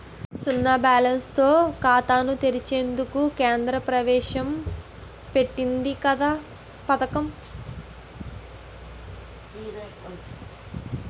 సున్నా బ్యాలెన్స్ తో ఖాతాను తెరిచేందుకు కేంద్రం ప్రవేశ పెట్టింది పథకం